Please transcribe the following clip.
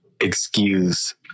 excuse